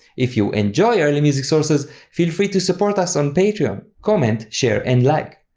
if you enjoy early music sources, feel free to support us on patreon, comment, share and like.